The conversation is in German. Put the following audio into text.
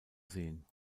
sehen